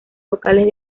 locales